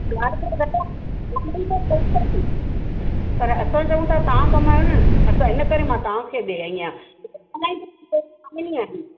पर असां चऊं था तव्हां कमायो न असां हिन करे मांं तव्हां खे ॾे आई आहियां